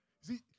See